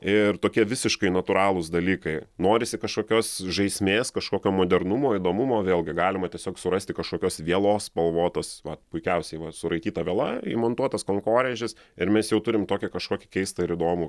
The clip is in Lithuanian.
ir tokie visiškai natūralūs dalykai norisi kažkokios žaismės kažkokio modernumo įdomumo vėlgi galima tiesiog surasti kažkokios vielos spalvotos va puikiausiai va suraityta viela įmontuotas konkorėžis ir mes jau turim tokį kažkokį keistą ir įdomų